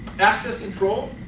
access control,